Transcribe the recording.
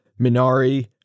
Minari